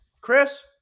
Chris